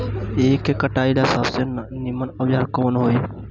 ईख के कटाई ला सबसे नीमन औजार कवन होई?